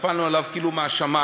נפלנו עליו כאילו מהשמים.